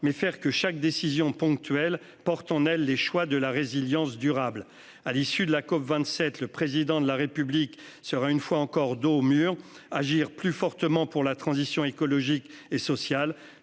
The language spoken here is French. en sorte que chaque décision ponctuelle porte en elle les choix de la résilience durable. À l'issue de la COP27, le Président de la République sera une fois encore dos au mur. Il doit agir concrètement et fortement pour la transition écologique et sociale.